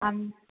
आम